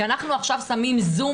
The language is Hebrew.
כי אנחנו עכשיו שמים זום,